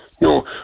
No